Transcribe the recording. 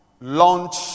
launch